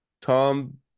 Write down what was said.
Tom